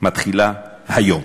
מתחילה היום.